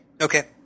okay